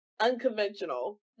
unconventional